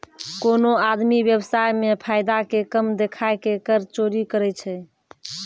कोनो आदमी व्य्वसाय मे फायदा के कम देखाय के कर चोरी करै छै